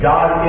God